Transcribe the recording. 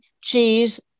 cheese